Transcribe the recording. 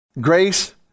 Grace